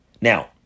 Now